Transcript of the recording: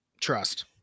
Trust